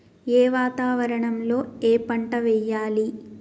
ఏ వాతావరణం లో ఏ పంట వెయ్యాలి?